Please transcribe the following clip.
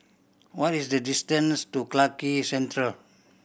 what is the distance to Clarke Quay Central